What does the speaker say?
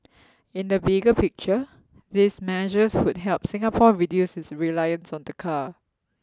in the bigger picture these measures would help Singapore reduce its reliance on the car